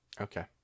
Okay